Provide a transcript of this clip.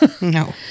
No